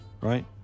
Right